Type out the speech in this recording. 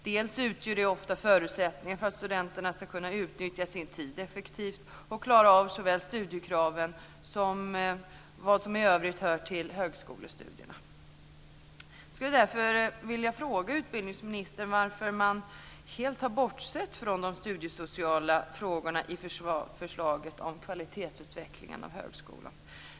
Delvis utgör det ofta förutsättningar för att studenterna ska kunna utnyttja sin tid effektivt och klara av såväl studiekraven som vad som i övrigt hör till högskolestudier. Jag skulle därför vilja fråga utbildningsministern varför man helt har bortsett från de studiesociala frågorna i förslaget om kvalitetsutvecklingen i högskolan.